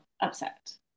upset